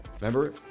remember